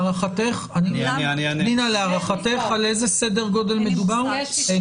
להערכתך, על איזה סדר גודל מדובר?